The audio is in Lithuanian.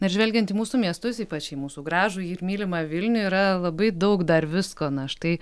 na ir žvelgiant į mūsų miestus ypač į mūsų gražųjį ir mylimą vilnių yra labai daug dar visko na štai